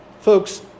Folks